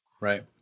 Right